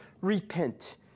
repent